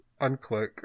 Unclick